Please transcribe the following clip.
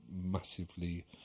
massively